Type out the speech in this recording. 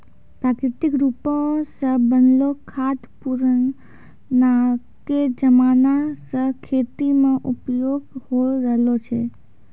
प्राकृतिक रुपो से बनलो खाद पुरानाके जमाना से खेती मे उपयोग होय रहलो छै